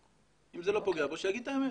אם זה לא פוגע בו שיגיד את האמת.